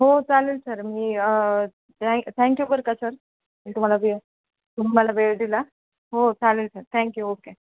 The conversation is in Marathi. हो चालेल सर मी थँ थँक्यू करू का सर मी तुम्हाला वेळ तुम्हाला वेळ दिला हो चालेल सर थँक्यू ओके